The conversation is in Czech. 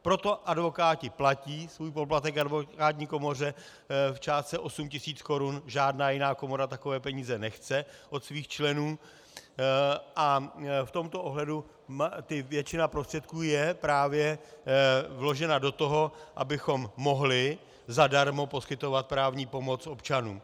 Proto advokáti platí svůj poplatek advokátní komoře v částce 8 tisíc korun, žádná jiná komora takové peníze nechce od svých členů, a v tomto ohledu většina prostředků je právě vložena do toho, abychom mohli zadarmo poskytovat právní pomoc občanům.